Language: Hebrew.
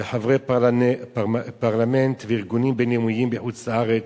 וחברי פרלמנט וארגונים בין-לאומיים בחוץ-לארץ,